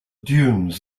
dunes